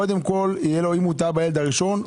אם טעה בילד הראשן,